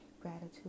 gratitude